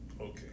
Okay